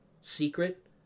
secret